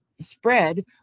spread